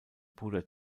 bruder